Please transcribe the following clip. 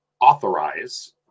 authorize